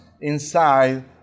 Inside